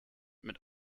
mit